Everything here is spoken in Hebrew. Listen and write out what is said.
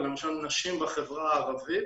ולמשל נשים בחברה הערבית